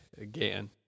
again